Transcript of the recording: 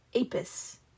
Apis